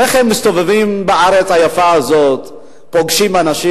שניכם מסתובבים בארץ היפה הזאת, פוגשים אנשים,